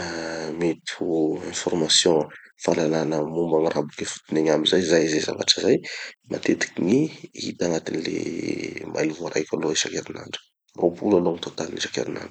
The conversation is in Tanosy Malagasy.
ah mety ho formation, fahalalana momba gny raha boka ifotony egny aby zay zavatry zay, matetiky gny hita agnatin'ny le email voaraiko aloha isankerinandro. Roapolo alohat gny totaliny isankerinandro.